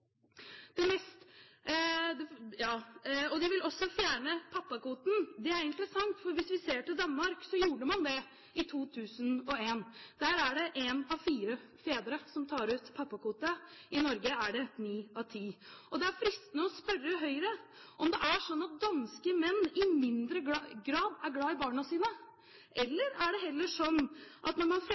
til Danmark, gjorde man det i 2001. Der er det en av fire fedre som tar ut pappakvoten. I Norge er det ni av ti. Det er fristende å spørre Høyre om det er sånn at danske menn i mindre grad er glad i barna sine, eller er det heller sånn at